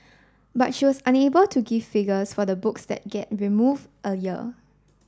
but she was unable to give figures for the books that get remove a year